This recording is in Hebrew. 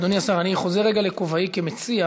אדוני השר, אני חוזר רגע לכובעי כמציע.